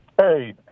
Hey